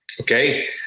Okay